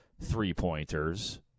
three-pointers